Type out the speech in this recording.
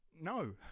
no